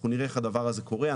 אנחנו נראה איך הדבר הזה קורה,